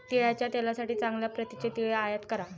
तिळाच्या तेलासाठी चांगल्या प्रतीचे तीळ आयात करा